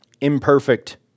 imperfect